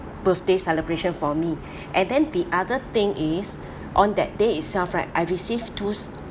birthday celebration for me and then the other thing is on that day itself right I received those